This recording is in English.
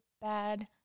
bad